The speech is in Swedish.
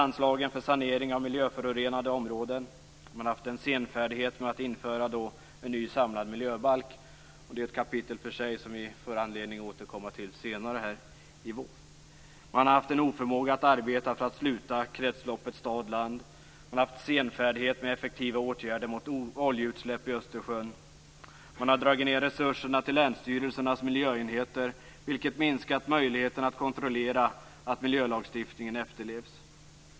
Anslagen för sanering av miljöförorenade områden har minskats. Man har varit senfärdig med att införa en ny samlad miljöbalk, vilket är ett kapitel för sig som vi får anledning att återkomma till senare i vår. Man har haft en oförmåga att arbeta för att sluta kretsloppet stad-land. Man har visat senfärdighet med effektiva åtgärder mot oljeutsläpp i Östersjön. Resurserna till länsstyrelsernas miljöenheter har dragits ned, vilket minskat möjligheten att kontrollera att miljölagstiftningen efterlevs.